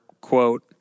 quote